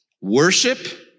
worship